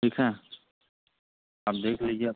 ठीक हैं अब देख लीजिए आप